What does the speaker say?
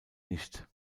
nicht